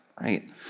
right